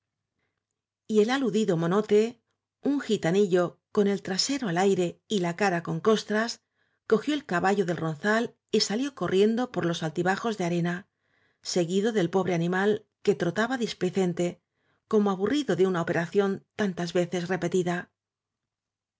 el aludido monote un gitanillo con el tra sero al aire y la cara con costras cogió el ca ballo del ronzal y salió corriendo por los altiba jos de arena seguido del pobre animal que trotaba displicente como aburrido de una operación tantas veces repetida